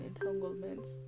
entanglements